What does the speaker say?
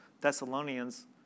Thessalonians